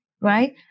right